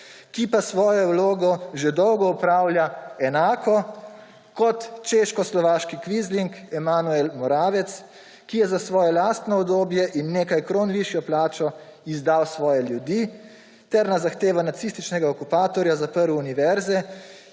ki svojo vlogo že dolgo opravlja enako kot češko-slovaški kvizling Emanuel Moravec, ki je za svoje lastno udobje in nekaj kron višjo plačo izdal svoje ljudi ter na zahtevo nacističnega okupatorja zaprl univerze